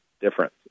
difference